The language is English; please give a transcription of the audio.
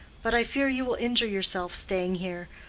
but i fear you will injure yourself staying here.